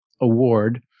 award